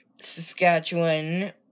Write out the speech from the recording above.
Saskatchewan